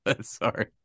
Sorry